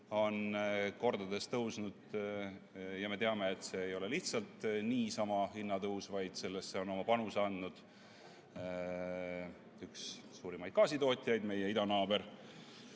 on kordades tõusnud. Me teame, et see ei ole lihtsalt niisama hinnatõus, vaid sellesse on oma panuse andnud üks suurimaid gaasitootjaid, meie idanaaber,